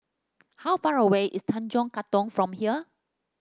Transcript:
how far away is Tanjong Katong from here